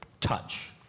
touch